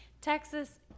Texas